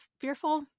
fearful